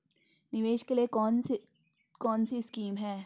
निवेश के लिए कौन कौनसी स्कीम हैं?